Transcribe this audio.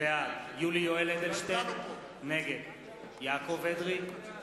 יולי יואל אדלשטיין, נגד יעקב אדרי,